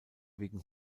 wegen